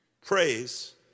Praise